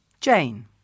Jane